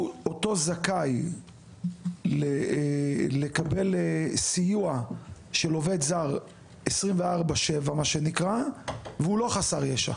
אותו זכאי לקבל סיוע של עובד זר 24/7 והוא לא חסר ישע?